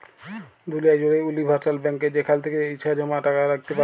দুলিয়া জ্যুড়ে উলিভারসাল ব্যাংকে যেখাল থ্যাকে ইছা জমা রাইখতে পারো